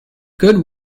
good